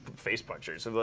facepunchers